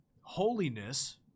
holiness